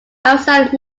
outside